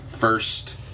first